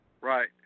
Right